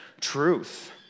truth